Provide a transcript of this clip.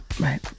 Right